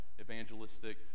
evangelistic